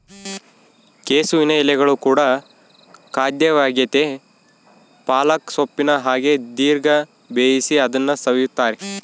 ಕೆಸುವಿನ ಎಲೆಗಳು ಕೂಡ ಖಾದ್ಯವಾಗೆತೇ ಪಾಲಕ್ ಸೊಪ್ಪಿನ ಹಾಗೆ ದೀರ್ಘ ಬೇಯಿಸಿ ಅದನ್ನು ಸವಿಯುತ್ತಾರೆ